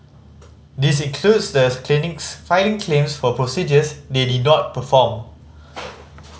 this includes the clinics filing claims for procedures they did not perform